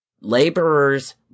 laborers